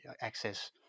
access